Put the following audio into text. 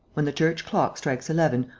when the church clock strikes eleven,